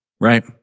right